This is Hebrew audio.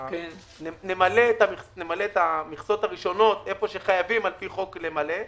את המכסות הראשונות, איפה שחייבים על פי חוק למלא.